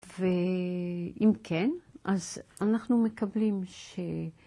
ואם כן, אז אנחנו מקבלים ש...